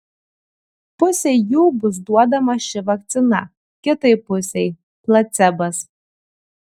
pusei jų bus duodama ši vakcina kitai pusei placebas